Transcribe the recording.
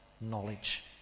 knowledge